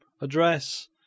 Address